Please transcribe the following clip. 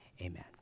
amen